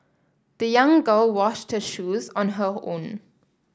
the young girl washed her shoes on her own